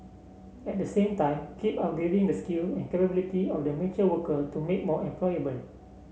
at the same time keep upgrading the skill and capability of the mature worker to make more employable